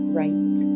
right